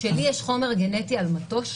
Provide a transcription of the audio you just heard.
כשלי יש חומר גנטי על מטוש,